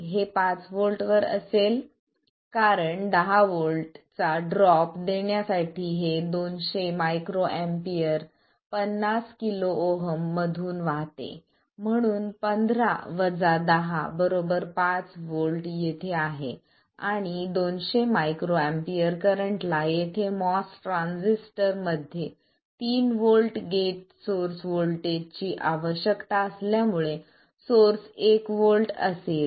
हे 5 व्होल्ट्स वर असेल कारण 10 व्होल्ट चा ड्रॉप देण्यासाठी हे 200 मायक्रोएपीयर 50 kΩ मधून वाहते म्हणून 5 व्होल्ट येथे आहे आणि 200 मायक्रोमॅपीयर करंटला येथे MOS ट्रान्झिस्टर मध्ये 3 व्होल्ट गेट सोर्स व्होल्टेजची आवश्यकता असल्यामुळे सोर्स 1 व्होल्ट असेल